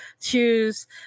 choose